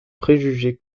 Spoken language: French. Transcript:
préjugés